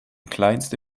kleinste